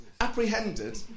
apprehended